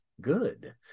good